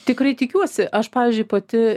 tikrai tikiuosi aš pavyzdžiui pati